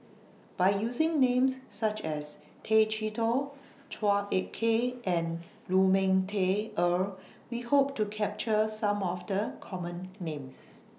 By using Names such as Tay Chee Toh Chua Ek Kay and Lu Ming Teh Earl We Hope to capture Some of The Common Names